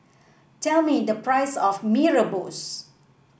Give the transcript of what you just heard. tell me the price of Mee Rebus